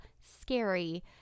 scary